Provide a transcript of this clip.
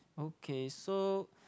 okay so